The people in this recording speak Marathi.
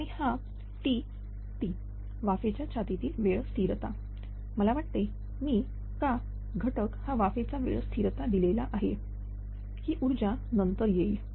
आणि हा Tt वाफेच्या छातीतला वेळ स्थिरता मला वाटते मी का घटक हा वाफेचा वेळ स्थिरता दिलेला आहे ही ऊर्जा नंतर येईल